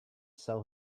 sell